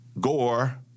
Gore